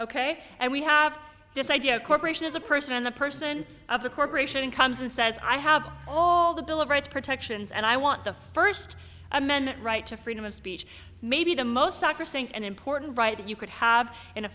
ok and we have this idea a corporation is a person and a person of the corporation comes and says i have all the bill of rights protections and i want the first amendment right to freedom of speech may be the most sacrosanct and important right that you could have in a